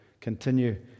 Continue